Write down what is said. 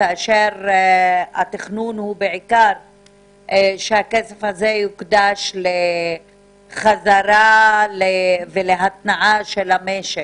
כאשר התכנון הוא בעיקר שהכסף הזה יוקדש לחזרה ולהתנעה של המשק.